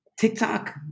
TikTok